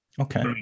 Okay